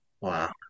Wow